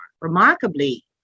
Remarkably